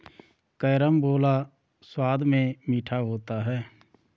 carambola स्वाद में मीठा होता है